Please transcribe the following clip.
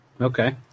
Okay